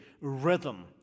rhythm